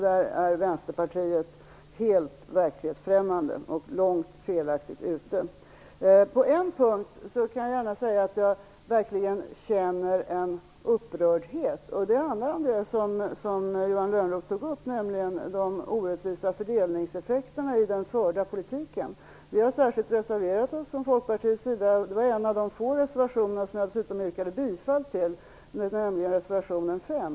Där är Vänsterpartiet helt verklighetsfrämmande; man är helt fel ute. På en punkt känner jag verkligen en upprördhet, och det är när det gäller de orättvisa fördelningseffekterna i den förda politiken. Vi har från Folkpartiets sida särskilt reserverat oss på den punkten. Det var en av de få reservationer som jag yrkade bifall till, nämligen reservation nr 5.